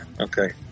okay